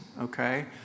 okay